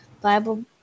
Bible